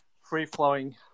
free-flowing